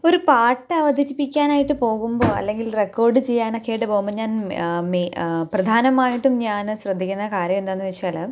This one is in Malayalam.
ഒരു പാട്ടവതരിപ്പിക്കാനായിട്ട് പോകുമ്പോൾ അല്ലെങ്കിൽ റെക്കോഡ് ചെയ്യാനൊക്കെയായിട്ട് പോകുമ്പോൾ ഞാൻ പ്രധാനമായിട്ടും ഞാൻ ശ്രദ്ധിക്കുന്ന കാര്യമെന്താണെന്നുവെച്ചാ ൽ